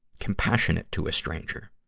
compassionate to a stranger.